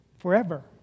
Forever